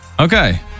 Okay